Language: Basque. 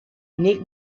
nik